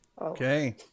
Okay